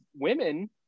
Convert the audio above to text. women